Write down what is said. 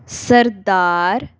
ਸਰਦਾਰ